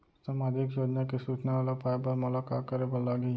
सामाजिक योजना के सूचना ल पाए बर मोला का करे बर लागही?